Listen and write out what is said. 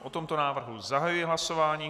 O tomto návrhu zahajuji hlasování.